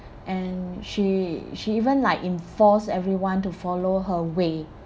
and she she even like enforce everyone to follow her way